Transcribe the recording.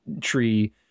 tree